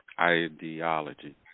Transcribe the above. ideology